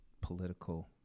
political